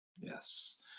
yes